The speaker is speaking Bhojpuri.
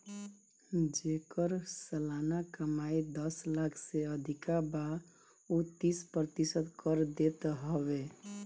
जेकर सलाना कमाई दस लाख से अधिका बा उ तीस प्रतिशत कर देत हवे